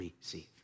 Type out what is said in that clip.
receive